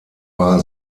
war